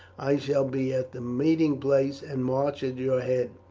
i shall be at the meeting place and march at your head,